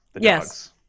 Yes